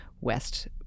West